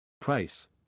Price